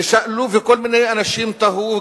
שאלו וכל מיני אנשים תהו,